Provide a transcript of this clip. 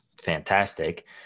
fantastic